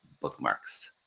Bookmarks